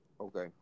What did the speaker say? Okay